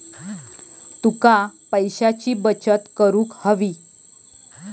तुका पैशाची बचत करूक हवी